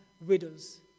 widows